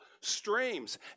streams